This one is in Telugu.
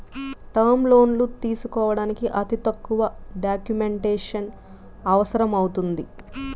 టర్మ్ లోన్లు తీసుకోడానికి అతి తక్కువ డాక్యుమెంటేషన్ అవసరమవుతుంది